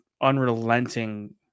unrelenting